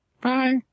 Bye